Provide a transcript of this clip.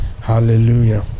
hallelujah